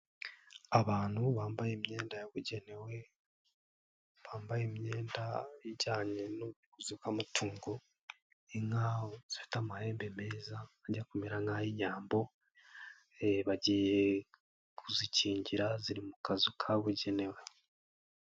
Abantu bambaye imyenda yabugenewe, bambaye imyenda ijyanye n'ubuvuzi bw'amatungo, inka zifite amahembe meza ajya kumera nk'ay'inyambo bagiye kuzikingira ziri mu kazu kabugenewe.